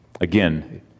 again